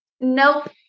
nope